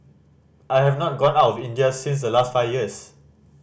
I have not gone out of India since last five years